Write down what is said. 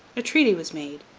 a treaty was made.